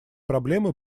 проблемы